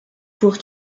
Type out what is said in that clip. pour